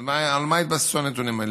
על מה התבססו הנתונים האלו.